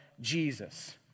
Jesus